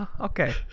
Okay